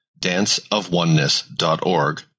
danceofoneness.org